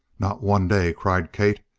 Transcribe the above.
not one day! cried kate.